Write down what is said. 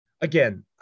again